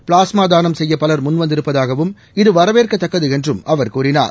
plasma தானம் செய்ய பலர் முன் வந்திருப்பதாகவும் இது வரவேற்கத்தக்கது என்றும் அவர் கூறினார்